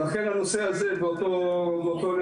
לכן, הנושא הזה באותה רמה.